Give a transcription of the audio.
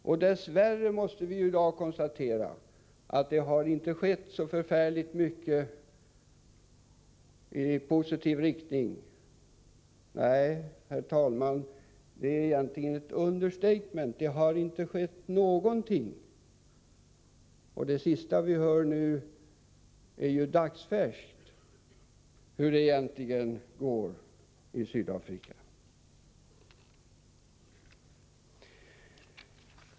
Och dess värre måste vi i dag konstatera att det inte har skett så förfärligt mycket i positiv riktning. Nej, det är egentligen ett understatement, för det har inte skett någonting. Och det sista som vi hörde beträffande hur det egentligen går i Sydafrika är ju dagsfärskt.